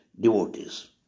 devotees